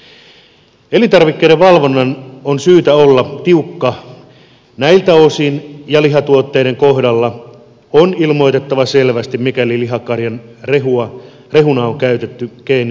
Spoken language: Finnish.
elintarvikkeiden valvonnan on syytä olla tiukka näiltä osin ja lihatuotteiden kohdalla on ilmoitettava selvästi mikäli lihakarjan rehuna on käytetty geenimuunneltua rehua